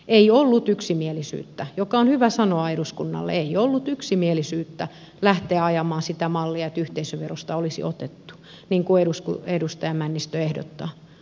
ei ollut yksimielisyyttä mikä on hyvä sanoa eduskunnalle lähteä ajamaan sitä mallia että olisi otettu yhteisöverosta niin kuin edustaja männistö ehdottaa